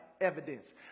evidence